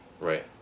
Right